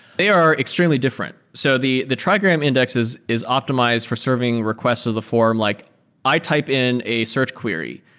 they are extremely different. so the the trigram index is is optimized for serving request or the form like i type in a search query.